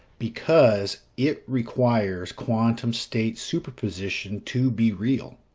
because it requires quantum state superposition to be real.